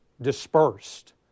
dispersed